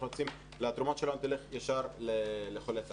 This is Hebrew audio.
אנחנו רוצים שהתרומות שלנו יילכו ישר לחולי סרטן.